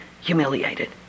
humiliated